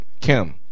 Kim